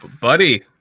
buddy